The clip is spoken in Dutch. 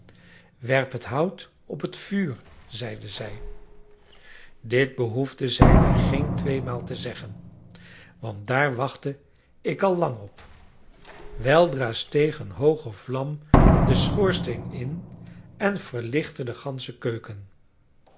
werp het hout op t vuur zeide zij dit behoefde zij mij geen tweemaal te zeggen want daar wachtte ik al lang op weldra steeg een hooge vlam den schoorsteen in en verlichtte de gansche keuken